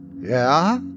Yeah